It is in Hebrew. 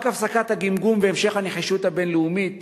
רק הפסקת הגמגום והמשך הנחישות הבין-לאומית